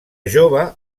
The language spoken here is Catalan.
jove